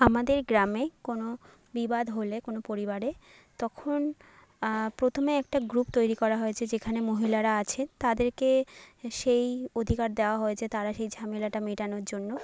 আমাদের গ্রামে কোনো বিবাদ হলে কোনো পরিবারে তখন প্রথমে একটা গ্রুপ তৈরি করা হয়েছে যেখানে মহিলার আছে তাদেরকে সেই অধিকার দেওয়া হয়েছে তারা সেই ঝামেলাটা মেটানোর জন্য